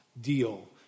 deal